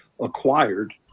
acquired